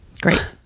Great